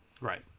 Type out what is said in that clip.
Right